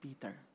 Peter